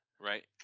right